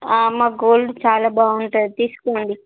మా గోల్డ్ చాలా బాగుంటుంది తీసుకోండి